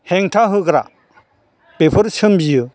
हेंथा होग्रा बेफोर सोमजियो